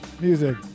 Music